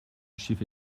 schiffe